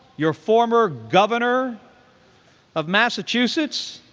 your former governor of massachusetts,